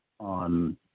on